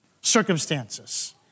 circumstances